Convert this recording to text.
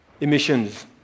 emissions